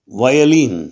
violin